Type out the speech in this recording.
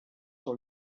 sur